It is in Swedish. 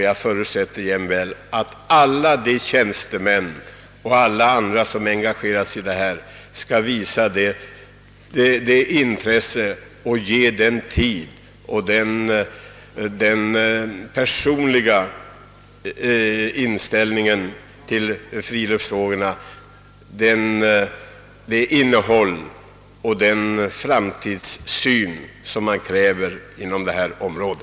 Jag förutsätter jämväl att alla de tjänstemän och andra, som engageras i detta verk, skall ägna den tid och visa det intresse och personliga engagemang för verksamheten som krävs för att ge friluftsfrågorna det innehåll och den framtid de är värda.